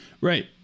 Right